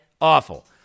awful